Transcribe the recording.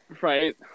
Right